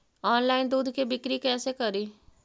Online दुध के बिक्री कैसे करि?